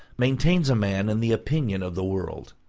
maintains a man in the opinion of the world.